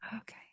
Okay